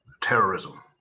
terrorism